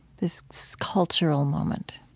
this so cultural moment?